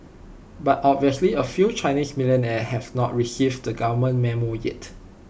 but obviously A few Chinese millionaires have not received the government Memo yet